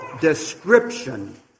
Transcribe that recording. description